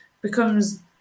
becomes